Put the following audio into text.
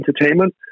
entertainment